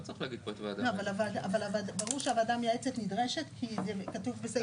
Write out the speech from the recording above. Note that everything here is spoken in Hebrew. אבל ברור שהוועדה המייעצת נדרשת כי זה כתוב בסעיף 24(א1)?